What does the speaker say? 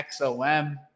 XOM